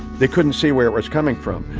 they couldn't see where it was coming from.